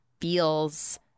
feels